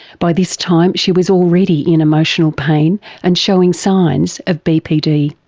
by this time she was already in emotional pain and showing signs of bpd.